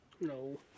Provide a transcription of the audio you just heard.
No